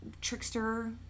trickster